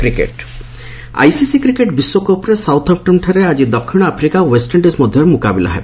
କ୍କେଟ୍ ICC cricket ବିଶ୍ୱକପ୍ରେ ସାଉଥାମ୍ପଟନ୍ଠାରେ ଆଜି ଦକ୍ଷିଣ ଆଫ୍ରିକା ଓ ୱେଷ୍ଟ ଇଣ୍ଡିଜ୍ ମଧ୍ୟରେ ମୁକାବିଲା ହେବ